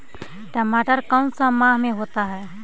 टमाटर कौन सा माह में होता है?